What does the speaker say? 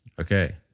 Okay